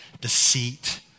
deceit